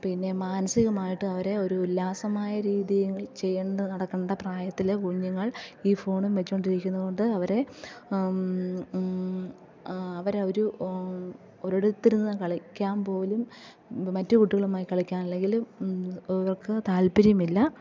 പിന്നെ മാനസികമായിട്ടും അവരെ ഒരു ഉല്ലാസമായ രീതിയിൽ ചെയ്യേണ്ട നടക്കേണ്ട പ്രായത്തിലെ കുഞ്ഞുങ്ങൾ ഈ ഫോണും വെച്ചൊണ്ടിരിക്കുന്നത് കൊണ്ട് അവരെ അവരെ ഒരു ഒരിടത്തിരുന്ന് കളിക്കാൻ പോലും മറ്റു കുട്ടികളുമായി കളിക്കാൻ അല്ലെങ്കിൽ ഇവർക്ക് താല്പര്യമില്ല